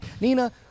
Nina